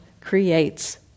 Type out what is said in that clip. creates